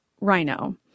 Rhino